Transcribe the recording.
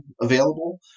available